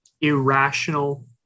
irrational